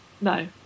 No